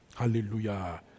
Hallelujah